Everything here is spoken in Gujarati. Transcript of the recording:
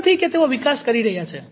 એવું નથી કે તેઓ વિકાસ કરી રહ્યા છે